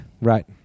Right